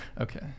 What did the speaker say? Okay